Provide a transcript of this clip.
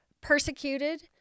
persecuted